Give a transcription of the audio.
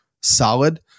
solid